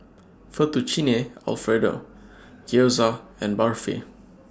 Fettuccine Alfredo Gyoza and Barfi